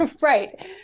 Right